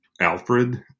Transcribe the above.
Alfred